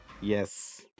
yes